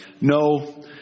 no